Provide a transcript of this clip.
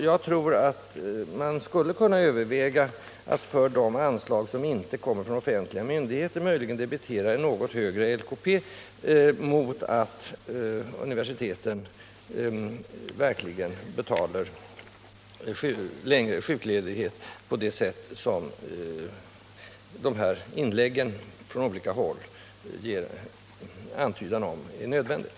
Jag tror att man skulle kunna överväga att för de anslag som inte kommer från offentliga myndigheter möjligen debitera en något högre avgift till LKP mot att universiteten verkligen betalar lönen under längre sjukledighet på det sätt som de här inläggen från olika håll ger antydan om är nödvändigt.